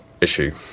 issue